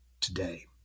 today